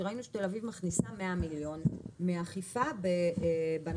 שראינו שתל אביב מכניסה 100 מיליון מאכיפה בנת"צים,